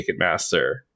Ticketmaster